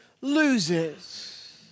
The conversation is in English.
loses